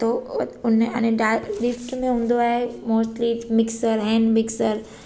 थो हू हुन अने टा गिफ़्ट में हूंदो आहे मोस्टली मिक्सर हैंड मिक्सर